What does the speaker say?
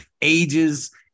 ages